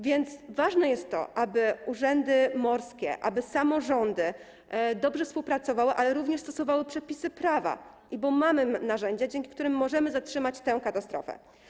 Ważne jest więc to, aby urzędy morskie, aby samorządy dobrze współpracowały, ale również stosowały przepisy prawa, bo mamy narzędzia, dzięki którym możemy zatrzymać tę katastrofę.